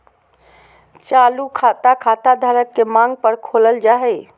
चालू खाता, खाता धारक के मांग पर खोलल जा हय